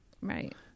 right